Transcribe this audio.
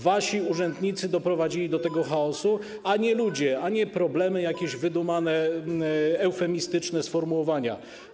Wasi urzędnicy doprowadzili do tego chaosu, a nie ludzie, a nie problemy jakieś, wydumane, eufemistyczne sformułowania.